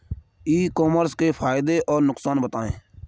ई commerce के फायदे और नुकसान बताएँ?